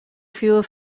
fewer